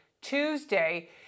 Tuesday